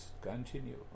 Continue